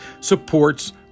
supports